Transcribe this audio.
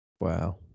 Wow